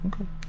Okay